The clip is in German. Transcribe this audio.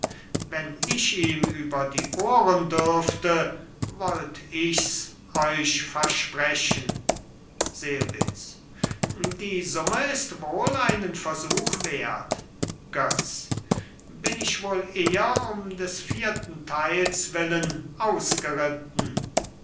wenn ich ihm über die ohren dürfte wollt ich's euch versprechen selbitz die summe ist wohl einen versuch wert götz bin ich wohl eher um des vierten teils willen ausgeritten